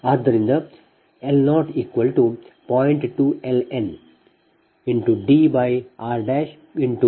ಆದ್ದರಿಂದ L00